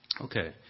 Okay